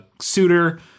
suitor